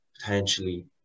potentially